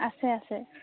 আছে আছে